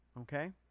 Okay